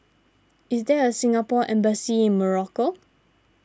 is there a Singapore Embassy in Morocco